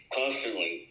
constantly